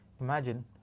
Imagine